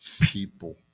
people